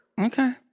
Okay